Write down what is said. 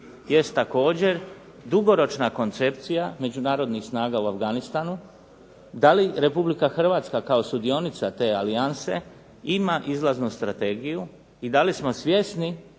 jest također dugoročna koncepcija međunarodnih snaga u Afganistanu. Da li Republika Hrvatska kao sudionica te alijanse ima izlaznu strategiju i da li smo svjesni